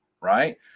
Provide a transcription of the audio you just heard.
Right